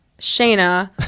Shayna